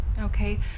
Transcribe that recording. okay